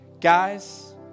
Guys